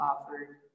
offered